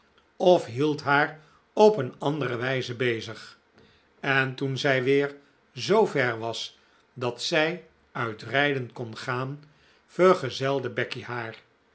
of hield haar op een andere wijze bezig en toen zij weer zoover was dat zij uit rijden kon gaan vergezelde becky haar